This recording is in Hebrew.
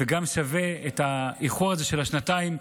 וגם את האיחור הזה של השנתיים?